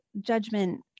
judgment